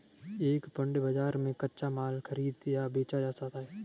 एक पण्य बाजार में कच्चा माल खरीदा या बेचा जाता है